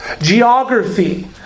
geography